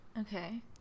okay